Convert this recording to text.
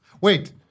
wait